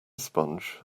sponge